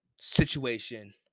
situation